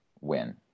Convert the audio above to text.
win